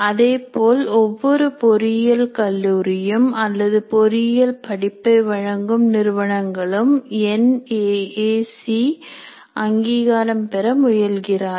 அதேபோல் ஒவ்வொரு பொறியியல் கல்லூரியும் அல்லது பொறியியல் படிப்பை வழங்கும் நிறுவனங்களும் என்ஏஏசி அங்கீகாரம் பெற முயல்கிறார்கள்